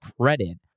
credit